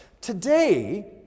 Today